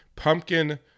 Pumpkin